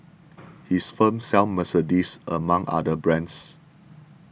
his firm sells Mercedes among other brands